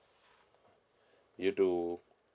you too